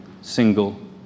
single